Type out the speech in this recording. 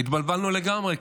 התבלבלנו לגמרי,